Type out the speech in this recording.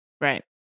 Right